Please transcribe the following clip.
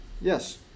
Yes